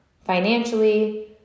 Financially